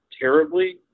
terribly